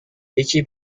یکی